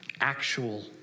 actual